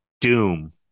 Doom